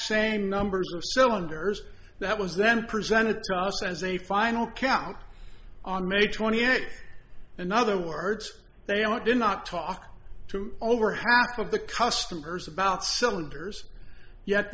same numbers of cylinders that was then presented to us as a final count on may twenty eighth in other words they don't do not talk to over half of the customers about cylinders yet